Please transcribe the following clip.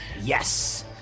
Yes